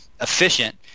efficient